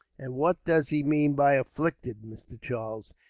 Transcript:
and what does he mean by afflicted, mr. charles?